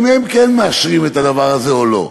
כן מאשרים את הדבר הזה או לא.